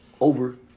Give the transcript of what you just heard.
Over